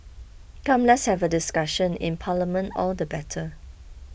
come let's have a discussion in Parliament all the better